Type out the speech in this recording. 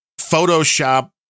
Photoshop